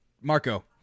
Marco